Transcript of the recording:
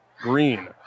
Green